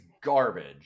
garbage